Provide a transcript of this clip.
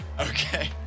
Okay